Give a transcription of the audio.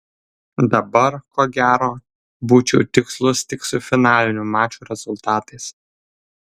dabar ko gero būčiau tikslus tik su finalinių mačų rezultatais